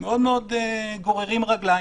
גוררים רגלים.